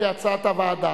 כהצעת הוועדה.